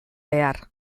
behar